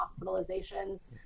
hospitalizations